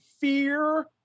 fear